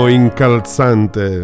incalzante